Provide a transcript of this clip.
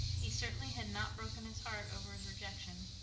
he certainly had not broken his heart over his rejection.